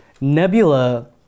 Nebula